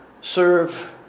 serve